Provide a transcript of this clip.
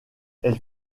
elle